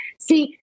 See